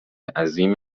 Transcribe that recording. عظیم